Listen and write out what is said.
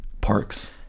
parks